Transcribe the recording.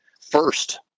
first